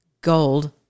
gold